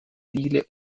viele